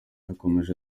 yakomeje